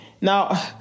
Now